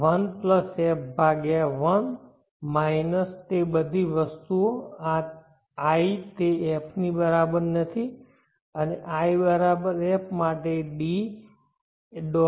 1f ભાગ્યા 1 minus તે બધી વસ્તુઓ આ i તે f ની બરાબર નથી અને i f માટે D